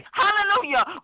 hallelujah